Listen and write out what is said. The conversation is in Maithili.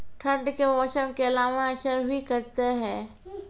ठंड के मौसम केला मैं असर भी करते हैं?